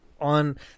on